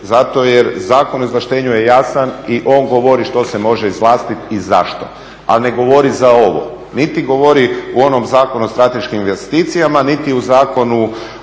zato jer Zakon o izvlaštenju je jasan i on govori što se može izvlastiti i zašto, ali ne govori za ovo, niti govori u onom Zakonu o strateškim investicijama niti u Zakonu